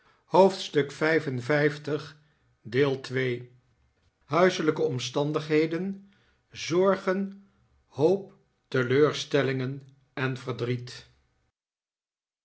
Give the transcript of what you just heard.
hoofdstuk lv huiselijke omstandigheden zorgen hoop r teleurstellingen en verdriet